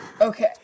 Okay